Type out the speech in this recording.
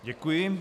Děkuji.